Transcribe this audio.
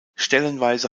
stellenweise